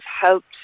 helped